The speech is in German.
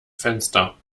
fenster